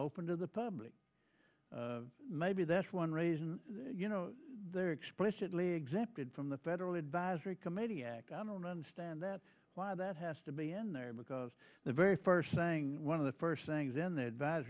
open to the public maybe that's one reason you know they're explicitly exempted from the federal advisory committee act i don't understand that's why that has to be in there because the very first saying one of the first things in the advi